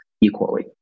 equally